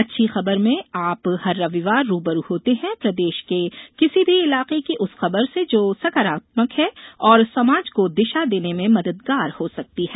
अच्छी खबर में आप हर रविवार रूबरू होते हैं प्रदेश के किसी भी इलाके की उस खबर से जो सकारात्मक है और समाज को दिशा देने में मददगार हो सकती है